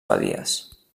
badies